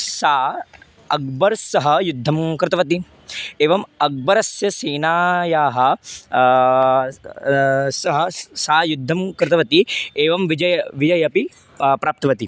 सा अग्बरसह युद्धं कृतवती एवम् अग्बरस्य सेनायाः सह स् सा युद्धं कृतवती एवं विजयं विजयम् अपि प्राप्तवती